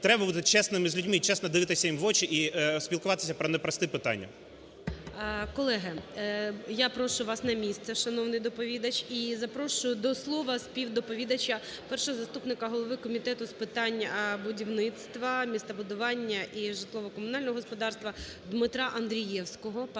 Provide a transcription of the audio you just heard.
Треба бути чесними з людьми, і чесно дивитися їм в очі, і спілкуватися про непрості питання. ГОЛОВУЮЧИЙ. Колеги! Я прошу вас на місце, шановний доповідач. І запрошую до слова співдоповідача - першого заступника голови Комітету з питань будівництва, містобудування і житлово-комунального господарства ДмитраАндрієвського.